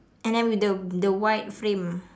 and then with the the white frame